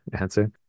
answer